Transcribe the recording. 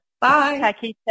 Bye